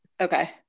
Okay